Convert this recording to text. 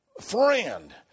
friend